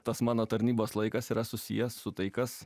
tas mano tarnybos laikas yra susijęs su tai kas